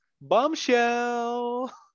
Bombshell